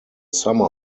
summer